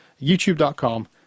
YouTube.com